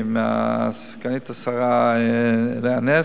עם סגנית השר לאה נס.